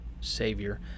Savior